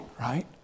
right